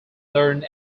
learned